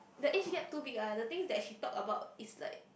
the age gap too big ah the things that she talk about is like